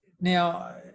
now